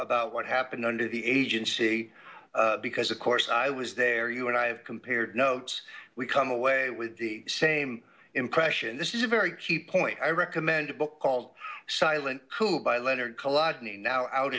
about what happened under the agency because of course i was there you and i have compared notes we come away with the same impression this is a very key point i recommend a book called silent cope leonard